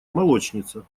молочница